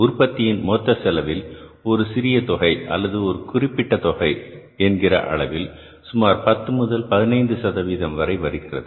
உற்பத்தியின் மொத்த செலவில் ஒரு சிறிய தொகை அல்லது ஒரு குறிப்பிட்ட தொகை என்கிற அளவில் சுமார் 10 முதல் 15 சதவீதம் வரை வருகிறது